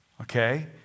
Okay